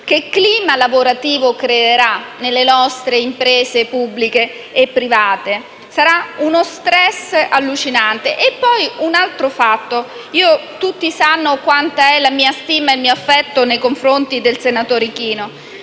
che clima lavorativo creerà nelle nostre imprese, pubbliche e private? Sarà uno *stress* allucinante. Vi è poi un altro fatto. Tutti sanno quali sono la mia stima e il mio affetto nei confronti del senatore Ichino,